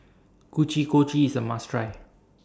Kochi Kochi IS A must Try